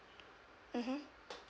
mmhmm